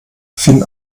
finn